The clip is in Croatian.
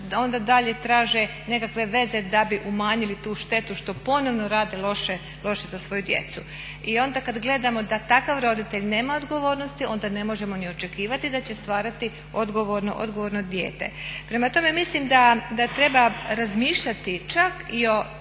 onda dalje traže nekakve veze da bi umanjili tu štetu što ponovno rade loše za svoju djecu. I onda gledamo da takav roditelj nema odgovornosti onda ne možemo ni očekivati da će stvarati odgovorno dijete. Prema tome, mislim da treba razmišljati čak i o